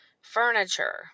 furniture